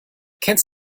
kennst